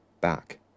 back